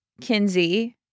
Kinsey